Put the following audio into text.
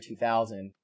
2000